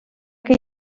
que